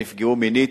שנפגעו מינית.